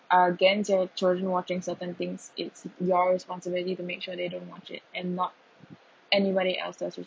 against your children watching certain things it's your responsibility to make sure they don't watch it and lock anybody else that's your